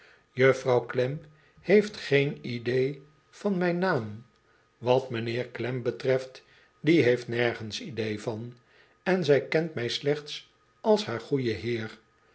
juffrouw klem heeft geen idee van mijn naam wat meneer klem betréft die heeft nergens idee van en zij kent mij slechts als haar goeien heer